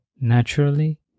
naturally